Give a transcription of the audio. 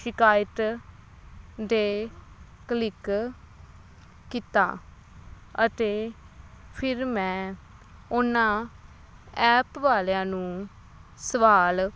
ਸ਼ਿਕਾਇਤ ਦੇ ਕਲਿਕ ਕੀਤਾ ਅਤੇ ਫਿਰ ਮੈਂ ਉਹਨਾਂ ਐਪ ਵਾਲਿਆਂ ਨੂੰ ਸਵਾਲ